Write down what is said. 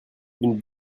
une